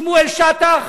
שמואל שטח,